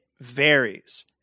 varies